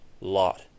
lot